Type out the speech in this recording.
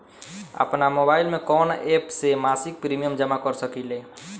आपनमोबाइल में कवन एप से मासिक प्रिमियम जमा कर सकिले?